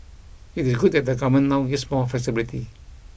it is good that the Government now gives more flexibility